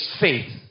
faith